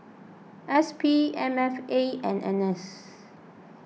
S P M F A and N S